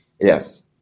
Yes